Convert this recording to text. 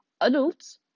adults